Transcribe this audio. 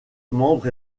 membre